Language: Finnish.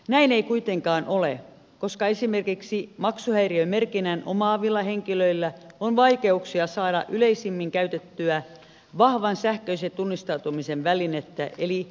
näin ei kuitenkaan ole koska esimerkiksi maksuhäiriömerkinnän omaavilla henkilöillä on vaikeuksia saada yleisimmin käytettyä vahvan sähköisen tunnistautumisen välinettä eli verkkopankkitunnuksia